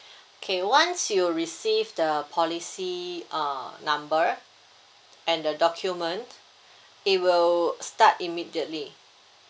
okay once you receive the policy uh number and the document it will start immediately